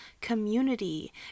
community